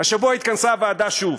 השבוע התכנסה הוועדה שוב.